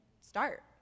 start